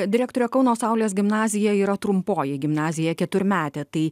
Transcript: direktore kauno saulės gimnazija yra trumpoji gimnazija keturmetė tai